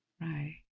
Right